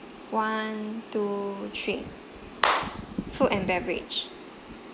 one two three food and beverage